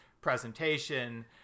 presentation